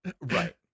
Right